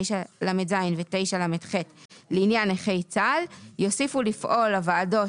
9לז ו-9לח לעניין נכי צה"ל יוסיפו לפעול הוועדות